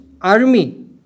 army